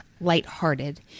lighthearted